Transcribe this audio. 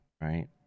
right